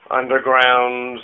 underground